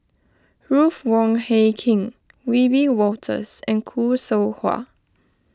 Ruth Wong Hie King Wiebe Wolters and Khoo Seow Hwa